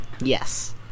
Yes